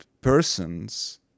person's